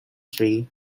tree